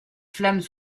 flammes